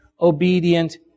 obedient